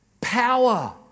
Power